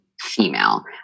female